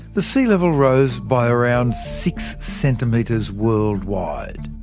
the sea level rose by around six centimetres worldwide.